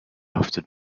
after